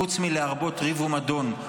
חוץ מלהרבות ריב ומדון,